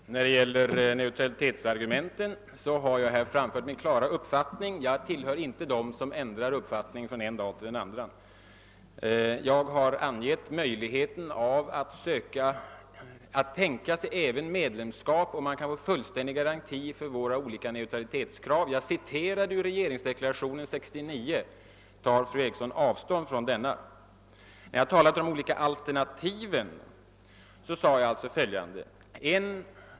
Herr talman! När det gäller neutralitetsargumenten har jag här framfört min klara uppfattning. Jag tillhör inte dem som ändrar uppfattning från den ena dagen till den andra. Jag har angivit möjligheten att även ansöka om medlemskap om man kan få fullständig garanti för våra olika neutralitetskrav. Jag citerade ur regeringsdeklarationen från 1969. Tar fru Eriksson i Stockholm avstånd från den? När jag talade om de olika alternativen sade jag följande.